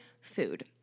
food